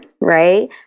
right